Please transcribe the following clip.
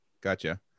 gotcha